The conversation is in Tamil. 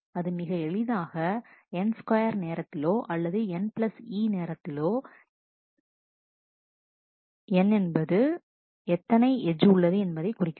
அது மிக எளிதாக என் ஸ்கொயர் நேரத்திலோ அல்லது n பிளஸ் E நேரத்திலோ இதில் n என்பது எத்தனை எட்ஜ் உள்ளது என்பதை குறிக்கிறது